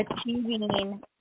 achieving